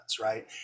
right